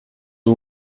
two